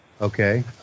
Okay